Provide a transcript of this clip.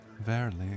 Verily